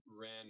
ran